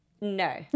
No